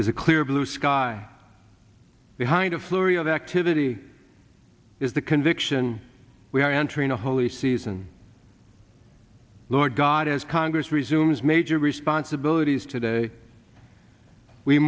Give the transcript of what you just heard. is a clear blue sky behind a flurry of activity is the conviction we are entering a holy season lord god as congress resumes major responsibilities today we